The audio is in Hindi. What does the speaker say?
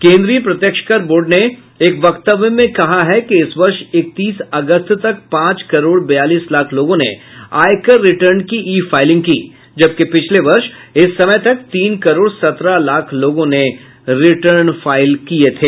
केंद्रीय प्रत्यक्ष कर बोर्ड ने एक वक्तव्य में कहा है कि इस वर्ष इकतीस अगस्त तक पांच करोड़ बयालीस लाख लोगों ने आयकर रिटर्न की ई फाइलिंग की जबकि पिछले वर्ष इस समय तक तीन करोड़ सत्रह लाख लोगों ने रिटर्न फाइल किए थे